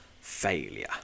Failure